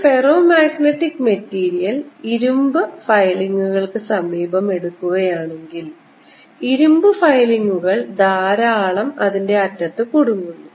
ഒരു ferromagnetic material ഇരുമ്പ് ഫയലിംഗുകൾക്ക് സമീപം എടുക്കുകയാണെങ്കിൽ ഇരുമ്പ് ഫയലിംഗുകൾ ധാരാളം അതിൻറെ അറ്റത്ത് കുടുങ്ങുന്നു